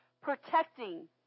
protecting